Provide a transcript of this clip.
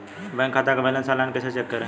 Bank खाते का balance online कैसे चेक करें?